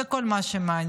זה כל מה שמעניין.